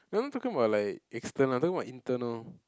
no I'm not talking about like external I'm talking about internal